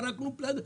פרקנו פלדה.